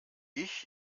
ich